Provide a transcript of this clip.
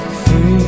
free